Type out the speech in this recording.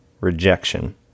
rejection